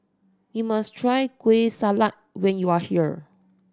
you must try Kueh Salat when you are here